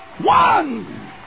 One